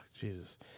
Jesus